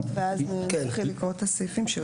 אני שמח שאתה פה.